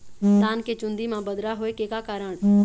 धान के चुन्दी मा बदरा होय के का कारण?